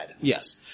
Yes